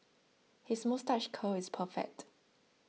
his moustache curl is perfect